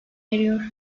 eriyor